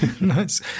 Nice